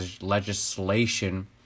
legislation